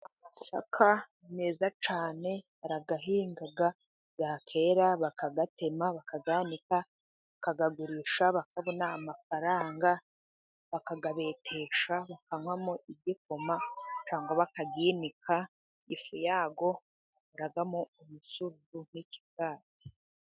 Amasaka meza cyane barayihinga, yakera bakayatema, bakayanika, bakayagurisha bakabona amafaranga, bakayabetesha, bakanywamo igikoma cyangwa bakayinika, ifu yayo bakayikoramo umusururu n'ikigage.